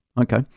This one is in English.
Okay